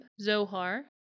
Zohar